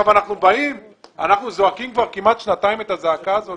אנחנו זועקים כבר כמעט שנתיים את הזעקה הזאת